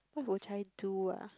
what would I do ah